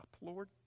Lord